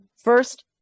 first